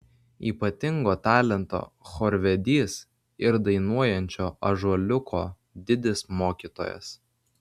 ypatingo talento chorvedys ir dainuojančio ąžuoliuko didis mokytojas